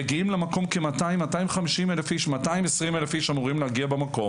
מגיעים למקום כ-250-200 אלף איש 220 אלף איש אמורים להגיע במקור